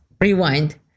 Rewind